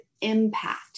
impact